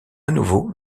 nouveau